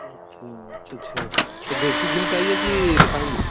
अच्छा अच्छा अच्छा तो देशी घी में चाहिए कि रिफाइंड में